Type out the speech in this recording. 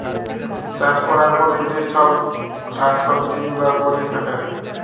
চাষ ক্যরার পরে যে চ্ছব শাক সবজি গুলা পরে থাক্যে